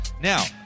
Now